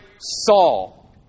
Saul